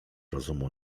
rozumu